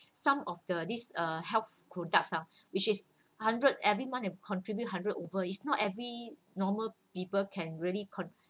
some of the this uh health products ah which is hundreds every month to contribute hundreds over it's not every normal people can really